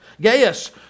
Gaius